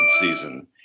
season